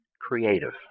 creative